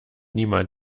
niemand